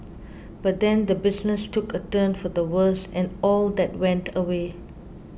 but then the business took a turn for the worse and all that went away